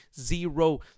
zero